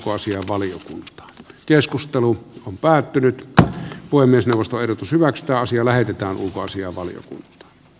vuosia paljonkin keskustelu on päättynyt tätä voi myös nousta irtosivat että asia lähetetään ulkoasianvalion